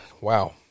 Wow